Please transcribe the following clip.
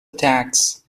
attacks